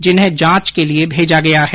जिन्हें जांच के लिये भेजा गया है